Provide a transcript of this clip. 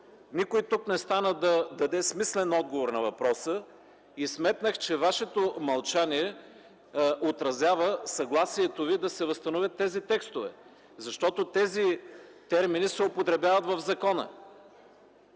Никой тук не стана да даде смислен отговор на въпроса и сметнах, че Вашето мълчание отразява съгласието Ви да се възстановят тези текстове. Защото тези термини се употребяват в закона.